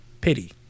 pity